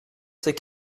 c’est